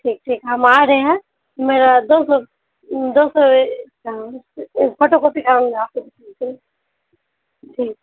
ٹھیک ٹھیک ہم آ رہے ہیں میرا دو سو دو سو فوٹو کاپی کراؤں گا آپ کے دکان سے ٹھیک